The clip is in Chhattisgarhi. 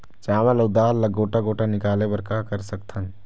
चावल अऊ दाल ला गोटा गोटा निकाले बर का कर सकथन?